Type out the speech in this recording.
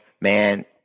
man